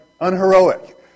unheroic